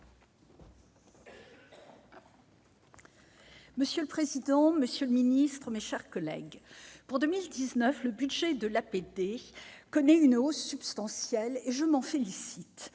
Monsieur le président, monsieur le ministre, mes chers collègues, pour 2019, le budget de l'APD connaît une hausse substantielle, et je m'en félicite.